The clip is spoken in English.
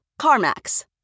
CarMax